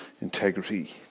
integrity